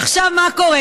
עכשיו, מה קורה?